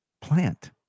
plant